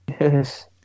Yes